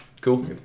Cool